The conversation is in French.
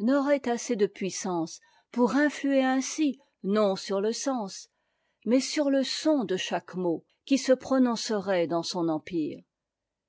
n'aurait assez de puissance pour influer ainsi non sur le sens mais sur le son de chaque mot qui se prononcerait dans son empire